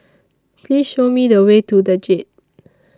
Please Show Me The Way to The Jade